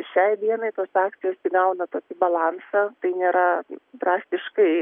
šiai dienai tos akcijos įgauna tokį balansą tai nėra drastiškai